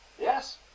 Yes